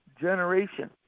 generation